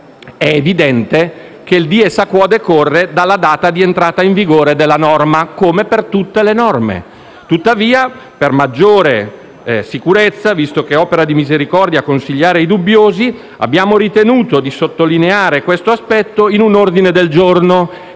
è evidente che il *dies a quo* decorre dalla data di entrata in vigore della norma, come per tutte le norme. Tuttavia, per maggiore sicurezza - visto che è opera di misericordia consigliare i dubbiosi - abbiamo ritenuto di sottolineare questo aspetto in un ordine del giorno,